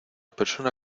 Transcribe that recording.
persona